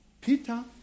Peter